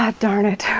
ah darn it.